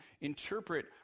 interpret